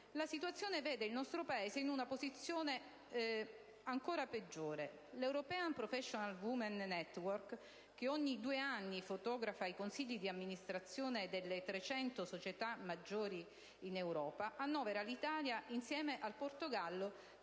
la situazione vede il nostro Paese in una posizione ancora peggiore. La European Professional Women Network, che ogni due anni fotografa i consigli di amministrazione delle trecento società maggiori in Europa, annovera l'Italia, insieme al Portogallo,